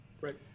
Right